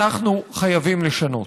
אנחנו חייבים לשנות.